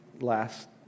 last